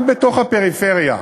גם בתוך הפריפריה,